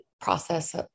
process